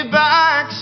back